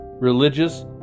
religious